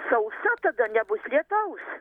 sausa tada nebus lietaus